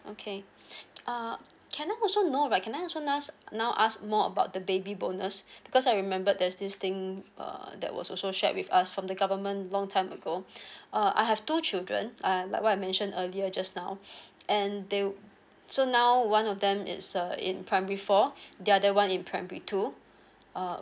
okay uh can I also know right can I also now ask more about the baby bonus because I remember there's this thing uh that was also shared with us from the government long time ago uh I have two children uh like what I mentioned earlier just now and they so now one of them is uh in primary four the other one in primary two uh